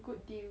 good deal